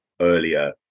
earlier